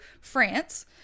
France